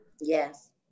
yes